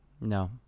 No